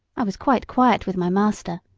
i was quite quiet with my master,